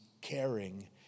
caring